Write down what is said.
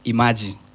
Imagine